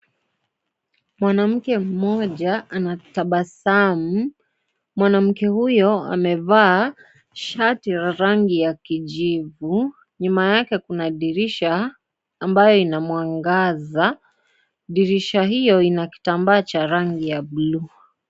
Mwanamke mmoja anatabasamu mwanamke huyo amevaa shati la rangi ya kijivu nyuma yake kuna dirisha ambayo ina mwangaza , dirisha hiyo ina kitambaa cha rangi ya buluu.